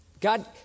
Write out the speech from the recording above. God